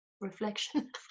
reflection